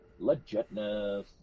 Legitness